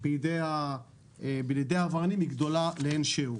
בידי העבריינים היא גדולה לאין-שיעור.